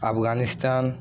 Afghanistan